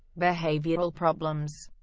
behavioral problems